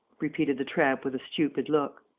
repeated the tramp with a stupid look.